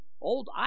Old